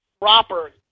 proper